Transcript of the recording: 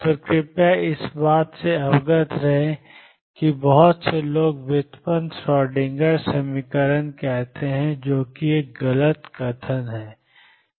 तो कृपया इस बात से अवगत रहें कि बहुत से लोग व्युत्पन्न श्रोडिंगर समीकरण कहते हैं जो कि एक गलत कथन है